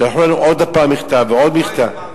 שלחו לנו עוד הפעם מכתב, ועוד מכתב.